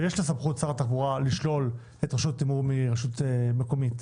ויש סמכות לשר התחבורה לשלול את רשות התמרור מרשות מקומית,